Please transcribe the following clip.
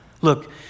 Look